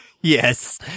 Yes